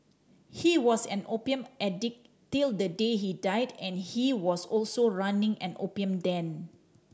he was an opium addict till the day he died and he was also running an opium den